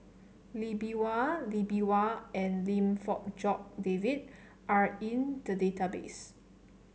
Lee Bee Wah Lee Bee Wah and Lim Fong Jock David are in the database